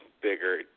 bigger